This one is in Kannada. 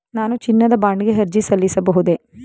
ನಾನು ಚಿನ್ನದ ಬಾಂಡ್ ಗೆ ಅರ್ಜಿ ಸಲ್ಲಿಸಬಹುದೇ?